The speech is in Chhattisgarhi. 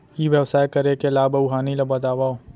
ई व्यवसाय करे के लाभ अऊ हानि ला बतावव?